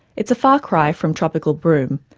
it's a far cry from tropical broome,